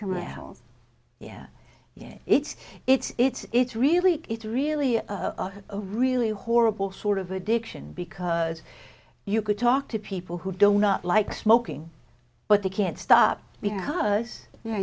commercials yeah yeah it's it's it's it's really it's really a really horrible sort of addiction because you could talk to people who don't not like smoking but they can't stop